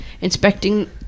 inspecting